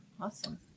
Awesome